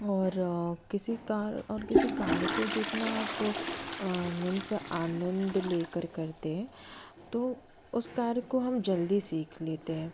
और किसी कार्य और किसी कार्य को जितना आप मीन्स आनंद लेकर करते हैं तो उस कार्य को हम जल्दी सीख लेते हैं